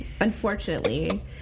unfortunately